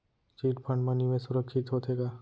Chit fund मा निवेश सुरक्षित होथे का?